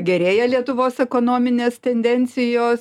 gerėja lietuvos ekonominės tendencijos